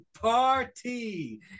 party